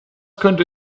könnte